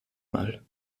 mal